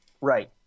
Right